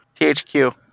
THQ